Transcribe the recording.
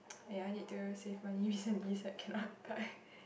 ya I need to save money recently so I cannot buy